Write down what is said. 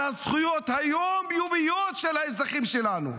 הזכויות היום-יומיות של האזרחים שלנו,